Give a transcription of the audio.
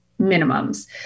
minimums